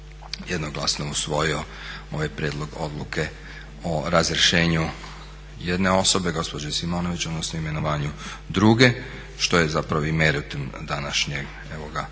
jednoglasno usvojio ovaj prijedlog odluke o razrješenju jedne osobe gospođe Simonović, odnosno imenovanju druge što je zapravo i meritum današnje